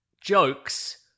jokes